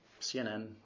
CNN